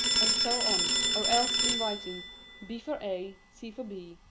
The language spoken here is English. and so on or else in writing b for a, c for b,